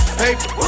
paper